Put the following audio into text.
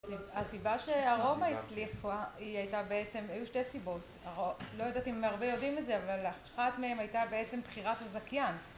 הסיבה שהרובה הצליחה היא הייתה בעצם, היו שתי סיבות, לא יודעת אם הרבה יודעים את זה אבל אחת מהן הייתה בעצם בחירת הזכיין